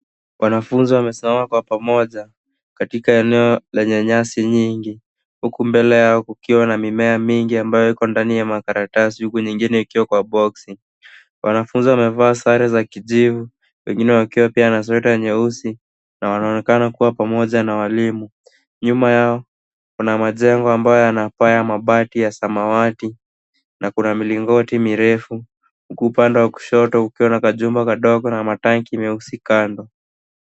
Wanafunzi wamesimama kwa pamoja katika eneo lenye nyasi nyingi huku mbele yao kukiwa na mimea mingi ambayo iko ndani ya makaratasi huku nyingine ikiwa kwa boksi. Wanafunzi wamevaa sare za kijivu wengine pia wakiwa na sweta nyeusi na wanaonekana kuwa pamoja na walimu. Nyuma yao kuna majengo ambayo yana paa ya mabati ya samawati na kuna milingoti mirefu, huku upande wa kushoto kukiwa na kajumba kadogo na matanki meusi kando.